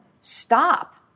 stop